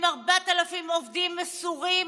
עם 4,000 עובדים מסורים,